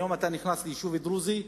היום אתה נכנס ליישוב דרוזי,